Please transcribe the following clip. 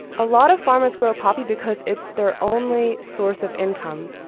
a lot of farmers grow poppy because it's their only source of income.